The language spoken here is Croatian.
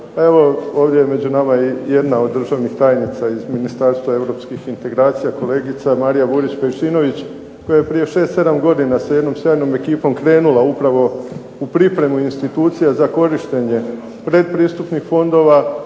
ovdje među nama je jedna od državnih tajnica iz Ministarstva europskih integracija kolegica Marija Burić-Pejčinović koja je prije 6, 7 godina sa jednom sjajnom ekipom krenula upravo u pripremu institucija za korištenje pretpristupnih fondova.